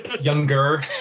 younger